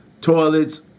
toilets